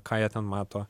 ką jie ten mato